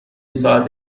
ساعت